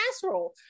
casserole